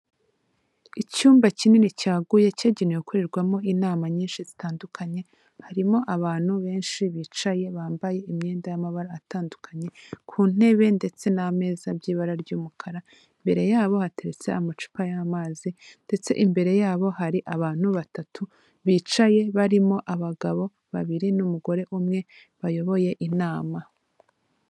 Icyumba kinini cyaguye cyagenewe gukorerwamo inama nyinshi zitandukanye, harimo abantu benshi bicaye bambaye imyenda y'amabara atandukanye, ku ntebe ndetse n'ameza by'ibara ry'umukara, imbere yabo hateretse amacupa y'amazi, ndetse imbere yabo hari abantu batatu bicaye, barimo abagabo babiri n'umugore umwe bayoboye inama.